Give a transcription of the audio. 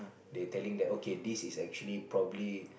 they telling that okay this is actually probably